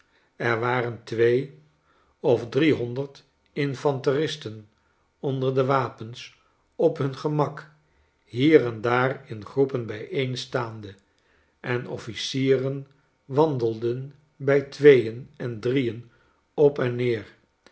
er waren twee of driehonderd infanteristen onder de wapens op hun gemak hier en daar in groepen bijeen staande en offlcieren wandelden bij tweeen en drieen op en neer